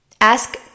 Ask